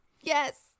Yes